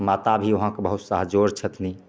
माता भी वहाँ के बहुत सहजोर छथिन